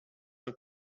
and